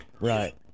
Right